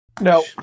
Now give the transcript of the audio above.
no